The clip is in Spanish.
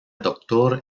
doctor